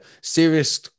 Serious